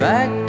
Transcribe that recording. Back